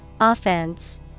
Offense